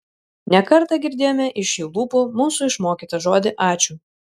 ne kartą girdėjome iš jų lūpų mūsų išmokytą žodį ačiū